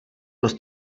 los